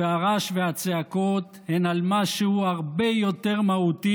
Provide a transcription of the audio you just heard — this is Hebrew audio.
הרעש והצעקות הם על משהו הרבה יותר מהותי